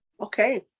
Okay